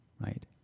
right